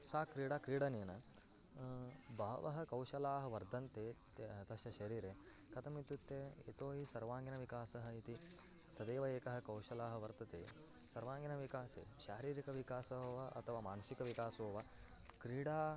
सा क्रीडा क्रीडनेन बालाः कौशलाः वर्तन्ते ते तस्य शरीरे कथम् इत्युक्ते यतो हि सर्वाङ्गिणः विकासः इति तदेव एकः कौशलः वर्तते सर्वाङ्गिणः विकासे शारीरिकः विकासो वा अथवा मानसिकः विकासो वा क्रीडा